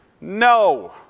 No